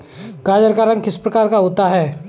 गाजर का रंग किस प्रकार का होता है?